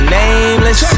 nameless